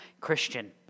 Christian